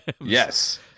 Yes